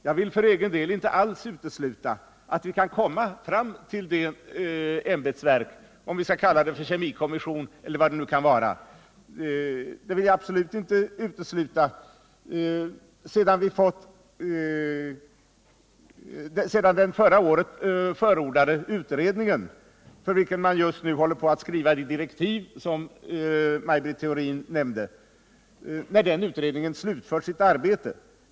Jag vill för egen del absolut inte utesluta att vi kan komma fram till att ett ämbetsverk, kallat kemikommission eller något annat, bör inrättas sedan den förra året förordade utredningen, för vilken man just nu — som Maj Britt Theorin nämnde — håller på att utfärda direktiv, slutfört sitt arbete.